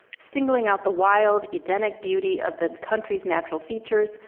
singling out the wild, edenic beauty of that country's natural features,